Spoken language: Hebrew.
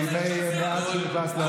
אני לא אתן שישקרו פה.